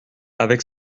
avec